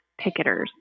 picketers